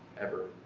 ever.